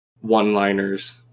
one-liners